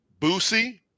Boosie